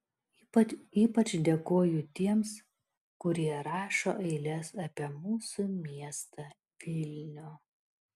ypač dėkoju tiems kurie rašo eiles apie mūsų miestą vilnių